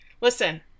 Listen